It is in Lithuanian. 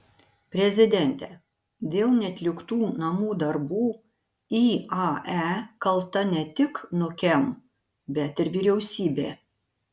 prezidentė dėl neatliktų namų darbų iae kalta ne tik nukem bet ir vyriausybė